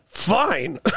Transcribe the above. fine